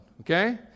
Okay